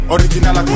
Original